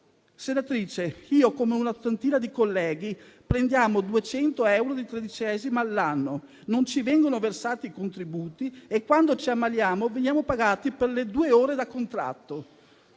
Senatrice, come una trentina di colleghi, io prendo 200 euro di tredicesima all'anno, non ci vengono versati i contributi e, quando ci ammaliamo, veniamo pagati per le due ore da contratto.